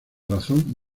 razón